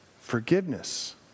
forgiveness